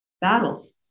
battles